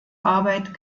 arbeit